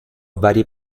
varie